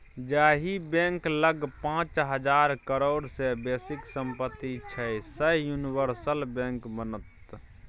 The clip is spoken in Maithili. जाहि बैंक लग पाच हजार करोड़ सँ बेसीक सम्पति छै सैह यूनिवर्सल बैंक बनत